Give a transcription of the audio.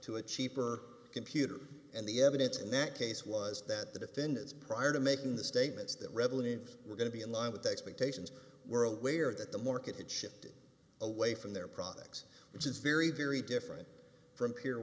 to a cheaper computer and the evidence in that case was that the defendants prior to making the statements that reveled in were going to be in line with expectations were aware that the market had shifted away from their products which is very very different from pier